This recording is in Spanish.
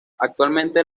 actualmente